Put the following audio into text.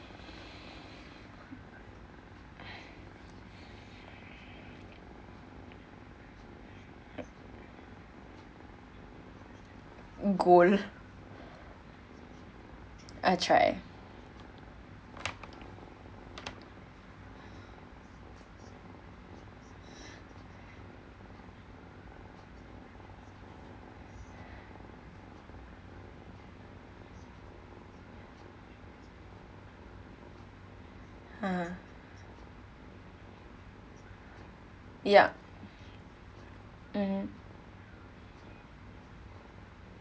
goal uh try uh ya mmhmm